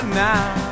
now